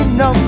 no